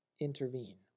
intervene